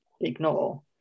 ignore